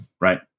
right